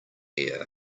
ear